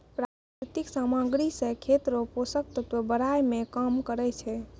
प्राकृतिक समाग्री से खेत रो पोसक तत्व बड़ाय मे काम करै छै